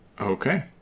Okay